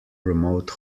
remote